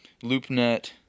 LoopNet